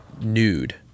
nude